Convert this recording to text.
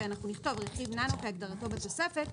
ואנחנו נכתוב רכיב ננו כהגדרתו בתוספת.